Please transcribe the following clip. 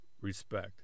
respect